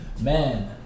man